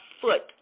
foot